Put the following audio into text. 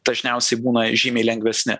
dažniausiai būna žymiai lengvesni